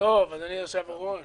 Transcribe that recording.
אדוני היושב בראש,